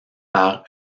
par